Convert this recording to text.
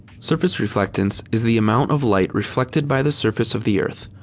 surface reflectance is the amount of light reflected by the surface of the earth.